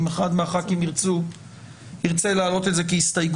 אם אחד מחברי הכנסת ירצה להעלות את זה כהסתייגות,